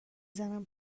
زنم